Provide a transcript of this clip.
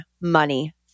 money